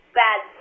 bad